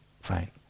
fine